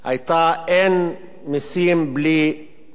אין מסים בלי ייצוג.